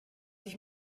sich